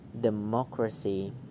democracy